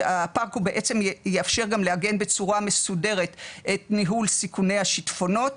שהפארק הוא בעצם יאפשר גם לעגן בצורה מסודרת את ניהול סיכוני השטפונות.